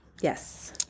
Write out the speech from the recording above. Yes